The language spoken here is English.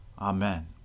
Amen